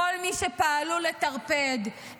כל מי שפעלו לטרפד,